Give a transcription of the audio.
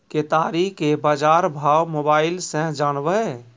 केताड़ी के बाजार भाव मोबाइल से जानवे?